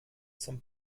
zum